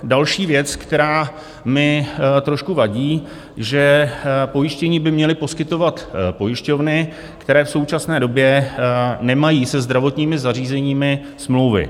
Další věc, která mi trošku vadí, je, že pojištění by měly poskytovat pojišťovny, které v současné době nemají se zdravotními zařízeními smlouvy.